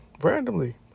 Randomly